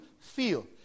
feel